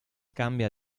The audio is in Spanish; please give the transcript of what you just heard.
cambia